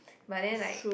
but then like